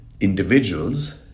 individuals